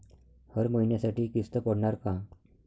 हर महिन्यासाठी किस्त पडनार का?